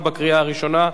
התשע"ב 2012,